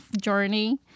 journey